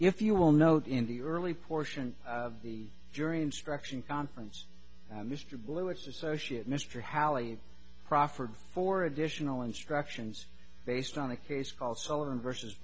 if you will note in the early portion of the jury instruction conference mr blewitt associate mr halley proffered for additional instructions based on a case called sullivan versus